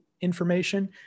information